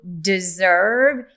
deserve